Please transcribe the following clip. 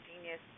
genius